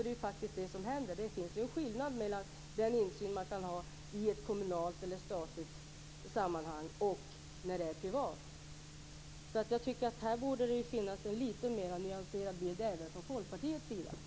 Det är faktiskt det som händer. Det är skillnad mellan den insyn man kan ha i ett kommunalt eller statligt sammanhang och den insyn man kan ha i ett privat sammanhang. Här borde det finnas en lite mer nyanserad bild även från Folkpartiets sida.